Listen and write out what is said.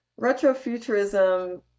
retrofuturism